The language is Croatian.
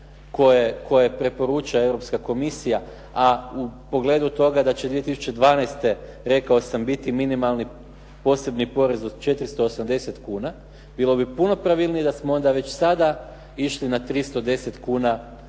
koje preporuča Europska komisija, a u pogledu toga da će 2012. rekao sam biti minimalni posebni porez od 480 kuna, bilo bi puno pravilnije da smo onda već sada išli na 310 kuna